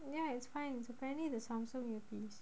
ya it's fine it's apparently the samsung earpiece